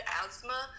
asthma